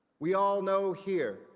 we all know here,